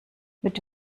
mit